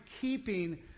keeping